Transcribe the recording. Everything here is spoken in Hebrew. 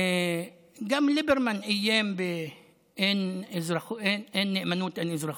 גם ליברמן איים באין נאמנות, אין אזרחות.